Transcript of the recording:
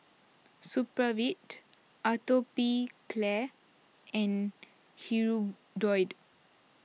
Supravit Atopiclair and Hirudoid